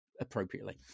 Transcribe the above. appropriately